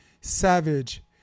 Savage